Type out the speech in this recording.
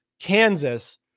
kansas